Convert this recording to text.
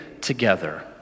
together